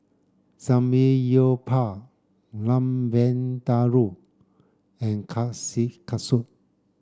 Samgeyopsal Lamb Vindaloo and Kushikatsu